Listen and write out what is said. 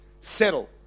settle